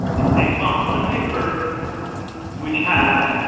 if they found a paper which had